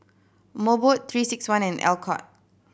Mobot Three Six One and Alcott